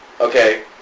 okay